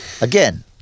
Again